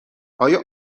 آیا